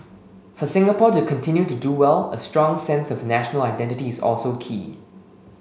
for Singapore to continue to do well a strong sense of national identity is also key